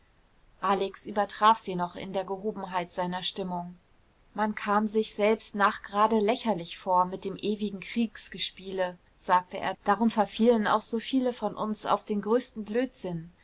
alex übertraf sie noch in der gehobenheit seiner stimmung man kam sich selbst nachgerade lächerlich vor mit dem ewigen kriegsgespiele sagte er darum verfielen auch so viele von uns auf den größten blödsinn